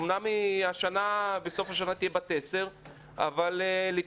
אמנם בסוף השנה היא תהיה בת 10 אבל לפי